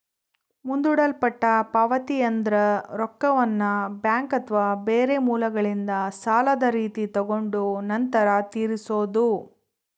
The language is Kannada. ಮುಂದೂಡಲ್ಪಟ್ಟ ಪಾವತಿಯೆಂದ್ರ ರೊಕ್ಕವನ್ನ ಬ್ಯಾಂಕ್ ಅಥವಾ ಬೇರೆ ಮೂಲಗಳಿಂದ ಸಾಲದ ರೀತಿ ತಗೊಂಡು ನಂತರ ತೀರಿಸೊದು